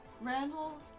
Randall